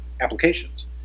applications